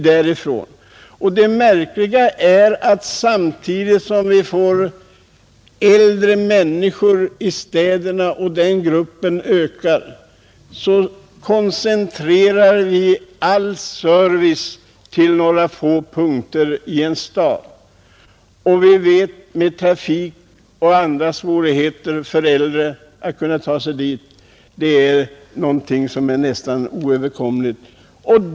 Det märkliga är att samtidigt som gruppen av äldre människor i städerna ökar koncentrerar vi servicen till några få punkter i staden. Vi vet att svårigheterna för de äldre att ta sig dit är nästan oöverkomliga på grund av trafiken.